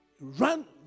Run